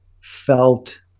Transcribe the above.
felt